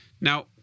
Now